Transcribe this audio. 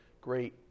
great